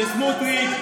לסמוטריץ'?